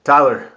Tyler